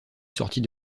sortit